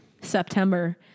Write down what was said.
September